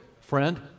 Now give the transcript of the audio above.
friend